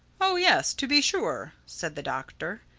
oh yes, to be sure, said the doctor.